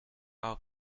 our